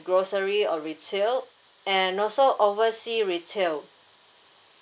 grocery or retail and also oversea retail